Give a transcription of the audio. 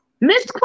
Miss